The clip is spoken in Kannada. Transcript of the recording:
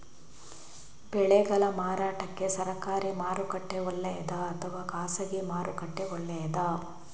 ಬೆಳೆಗಳ ಮಾರಾಟಕ್ಕೆ ಸರಕಾರಿ ಮಾರುಕಟ್ಟೆ ಒಳ್ಳೆಯದಾ ಅಥವಾ ಖಾಸಗಿ ಮಾರುಕಟ್ಟೆ ಒಳ್ಳೆಯದಾ